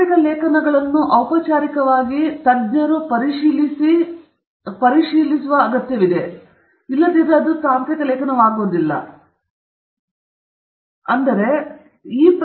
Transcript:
ತಾಂತ್ರಿಕ ಲೇಖನಗಳು ಔಪಚಾರಿಕವಾಗಿ ಹೊಸ ತಜ್ಞರು ಅದನ್ನು ಪರಿಶೀಲಿಸಲು ಬಹು ಪರಿಣತರನ್ನು ಪರಿಶೀಲಿಸುವ ಅಗತ್ಯವಿದೆ ಮತ್ತು ಇದು ತಾಂತ್ರಿಕ ಲೇಖನವಾಗುವುದು ಹೇಗೆ ಆದರೆ ಅದಕ್ಕಿಂತಲೂ ಹೆಚ್ಚಿನದು